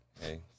hey